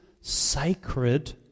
sacred